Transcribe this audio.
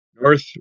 North